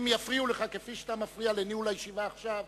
אם יפריעו לך כפי שאתה מפריע לניהול הישיבה עכשיו,